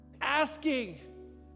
asking